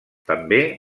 també